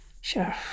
sure